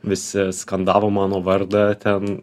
visi skandavo mano vardą ten